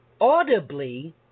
audibly